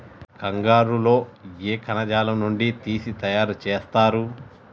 కంగారు లో ఏ కణజాలం నుండి తీసి తయారు చేస్తారు?